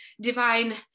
divine